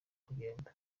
kugenda